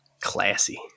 classy